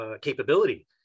capability